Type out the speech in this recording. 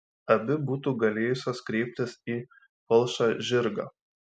abi būtų galėjusios kreiptis į palšą žirgą